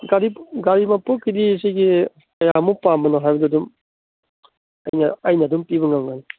ꯒꯥꯔꯤ ꯃꯄꯣꯠꯀꯤꯗꯤ ꯁꯤꯒꯤ ꯀꯌꯥꯃꯨꯛ ꯄꯥꯝꯕꯅꯣ ꯍꯥꯏꯕꯗ ꯑꯗꯨꯝ ꯑꯩꯅ ꯑꯗꯨꯝ ꯄꯤꯕ ꯉꯝꯒꯅꯤ